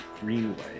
Greenway